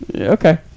Okay